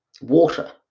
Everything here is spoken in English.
water